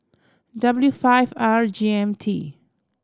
W five R G M T